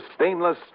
stainless